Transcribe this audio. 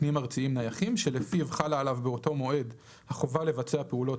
פנים-ארציים נייחים שלפיו חלה עליו באותו מועד החובה לבצע פעולת